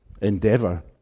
endeavor